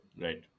right